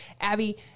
Abby